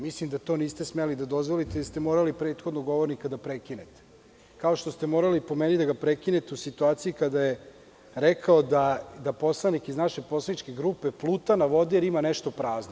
Mislim da to niste smeli da dozvolite i da ste morali prethodnog govornika da prekinete, kao što ste morali, po meni, da ga prekinete u situaciji kada je rekao da poslanik iz naše poslaničke grupe pluta na vodi jer ima nešto prazno.